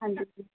ਹਾਂਜੀ